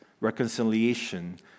reconciliation